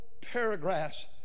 paragraphs